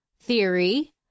theory